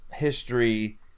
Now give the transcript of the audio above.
History